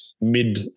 mid